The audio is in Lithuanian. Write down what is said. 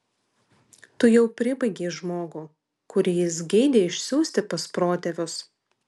tu jau pribaigei žmogų kurį jis geidė išsiųsti pas protėvius